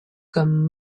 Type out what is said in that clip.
comme